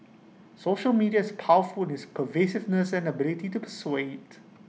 social media is powerful its pervasiveness and ability to persuade